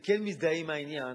אני כן מזדהה עם העניין